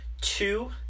Two